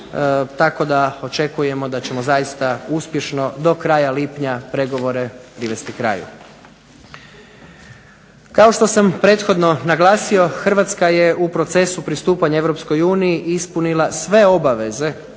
tako da očekujemo da ćemo zaista uspješno do kraja lipnja pregovore privesti kraju. Kao što sam prethodno naglasio, Hrvatska je u procesu pristupanja Europskoj uniji ispunila sve obaveze